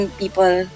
people